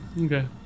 Okay